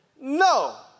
No